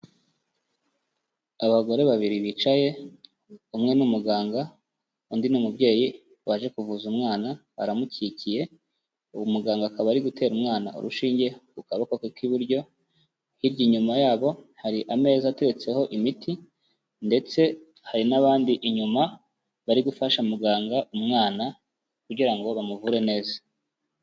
Abagore babiri bicaye, umwe n'umuganga undi ni umubyeyi waje kuvuza umwana, aramukikiye, uwo muganga akaba ari gutera umwana urushinge ku kaboko k'iburyo, hirya inyuma yabo hari ameza ateretseho imiti ndetse hari n'abandi inyuma bari gufasha muganga umwana kugira ngo bamuvure neza.